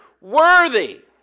worthy